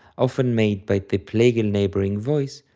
often made by the plagal neighbouring voice,